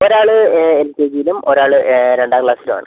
ഒരാൾ എൽ കെ ജിലും ഒരാൾ രണ്ടാം ക്ലാസ്സിലുമാണ്